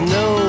no